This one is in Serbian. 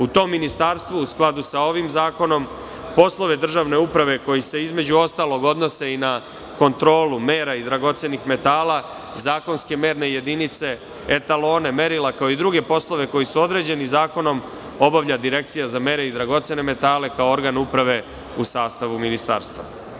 U tom ministarstvu u skladu sa ovim zakonom, poslove državne uprave, koji se između ostalog odnose i na kontrolu mera i dragocenih metala, zakonske merne jedinice, etalone, merila kao i druge poslove koji su određeni zakonom, obavlja Direkcija za mere i dragocene metale, kao organ uprave u sastavu ministarstva.